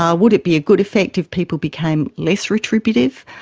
um would it be a good effect if people became less retributive?